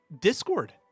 discord